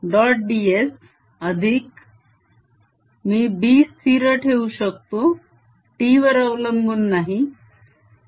ds अधिक मी B स्थिर ठेवू शकतो t वर अवलंबून नाही